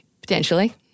Potentially